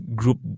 group